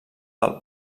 del